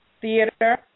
theater